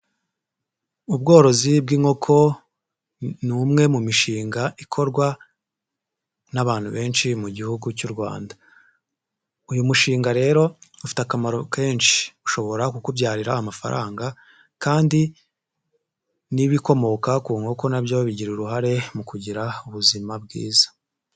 Ubworozi bw'inkoko ni umwe mu mishinga ikorwa n'abantu benshi mu Gihugu cy'u Rwanda, uyu mushinga rero ufite akamaro kenshi ushobora kukubyarira amafaranga kandi n'ibikomoka ku nkoko na byo bigira uruhare mu kugira ubuzima bwiza.